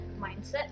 mindset